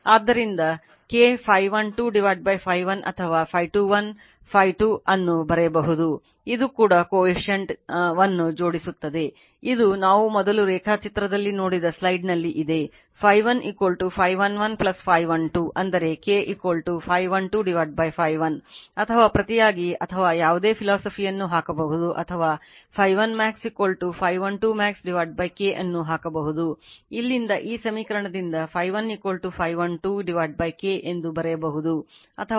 ಆದ್ದರಿಂದ K Φ12Φ 1 ಅಥವಾ Φ21 Φ2 ಅನ್ನು ಬರೆಯಬಹುದು ಇದು ಕೂಡ coefficient ವನ್ನು ಜೋಡಿಸುತ್ತದೆ ಇದು ನಾವು ಮೊದಲು ರೇಖಾಚಿತ್ರದಲ್ಲಿ ನೋಡಿದ ಸ್ಲೈಡ್ನಲ್ಲಿ ಇದೆ Φ1 Φ11 Φ12 ಅಂದರೆ K Φ12Φ1 ಅಥವಾ ಪ್ರತಿಯಾಗಿ ಅಥವಾ ಅದೇ ಫಿಲೋಸೊಫಿಯನ್ನು ಹಾಕಬಹುದು ಅಥವಾ Φ1 max Φ12 max K ಅನ್ನು ಹಾಕಬಹುದು ಇಲ್ಲಿಂದ ಈ ಸಮೀಕರಣದಿಂದ Φ1 Φ12 K ಎಂದು ಬರೆಯಬಹುದು ಅಥವಾ Φ1 max Φ12 max K ಎಂದು ಬರೆಯಬಹುದು ಅದು 0